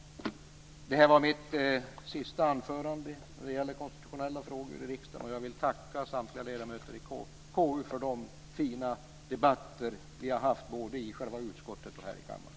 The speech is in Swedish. Detta var mitt sista anförande när det gäller konstitutionella frågor i riksdagen. Jag vill tacka samtliga ledamöter i KU för de fina debatter vi har haft både i själva utskottet och här i kammaren.